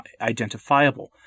identifiable